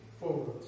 forward